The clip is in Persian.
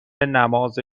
نماز